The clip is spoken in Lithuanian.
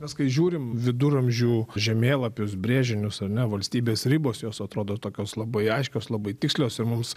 mes kai žiūrim viduramžių žemėlapius brėžinius ar ne valstybės ribos jos atrodo tokios labai aiškios labai tikslios ir mums